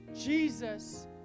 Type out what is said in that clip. Jesus